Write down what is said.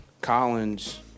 Collins